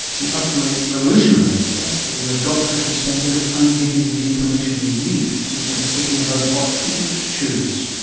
the utterly revolutionary idea that your doctor should spend a bit of time giving you the information you need to make a decision about what treatment to choose.